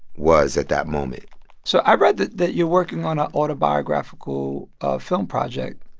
was at that moment so i read that that you're working on a autobiographical ah film project.